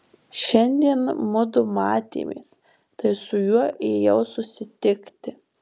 šiandien mudu matėmės tai su juo ėjau susitikti